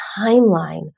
timeline